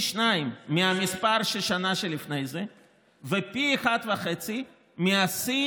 מהמספר בשנה שלפני כן ופי אחת וחצי מהשיא